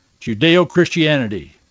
Judeo-Christianity